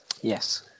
Yes